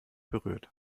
berührt